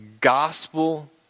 gospel